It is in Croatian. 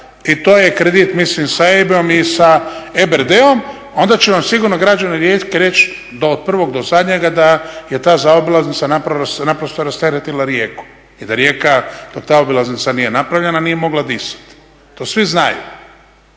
i to je kredit mislim sa EIB-om i sa EBRD-om, onda će vam sigurno građani Rijeke reći od prvog do zadnjega da je ta zaobilaznica naprosto rasteretila Rijeku i da Rijeka dok ta obilaznica nije napravljena nije mogla disati. To svi znaju.